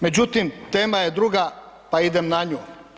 Međutim, tema je druga, pa idem na nju.